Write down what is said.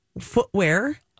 footwear